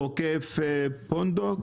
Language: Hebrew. עוקף פונדוק,